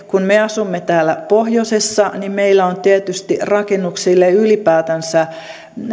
kun me asumme täällä pohjoisessa niin meillä on tietysti rakennuksille ylipäätänsä